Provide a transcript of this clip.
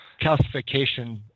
Calcification